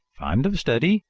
fond of study,